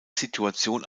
situation